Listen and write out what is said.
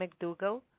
McDougall